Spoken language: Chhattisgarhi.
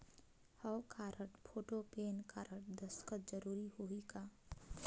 हव कारड, फोटो, पेन कारड, दस्खत जरूरी होही का?